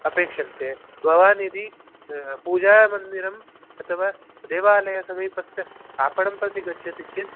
अपेक्षन्ते भवान् यदि पूजामन्दिरम् अथवा देवालयसमीपस्थ आपणं प्रति गच्छति चेत्